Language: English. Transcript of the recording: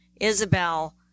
Isabel